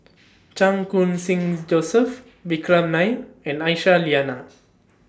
Chan Khun Sing Joseph Vikram Nair and Aisyah Lyana